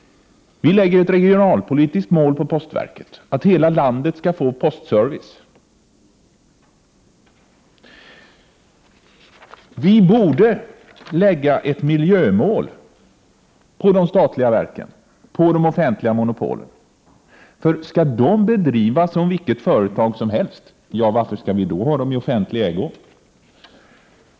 Vi sätter upp ett regionalpolitiskt mål för postverket, att hela landet skall få postservice. Det borde sättas upp miljömål för de statliga verken, de offentliga monopolen. Skall de bedrivas som vilket företag som helst, varför skall vi då ha dem i offentlig ägo?